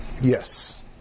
Yes